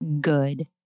good